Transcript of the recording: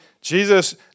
Jesus